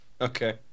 Okay